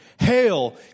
Hail